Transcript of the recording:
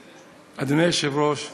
היושב-ראש,